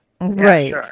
right